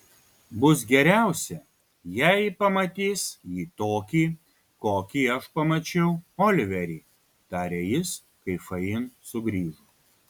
bus geriausia jei ji pamatys jį tokį kokį aš pamačiau oliverį tarė jis kai fain sugrįžo